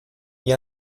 wie